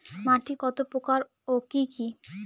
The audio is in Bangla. মাটি কতপ্রকার ও কি কী?